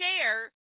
share